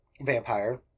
vampire